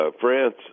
France